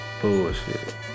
bullshit